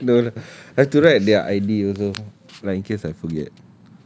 no lah I have to write their I_D also like in case I forget